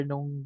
ng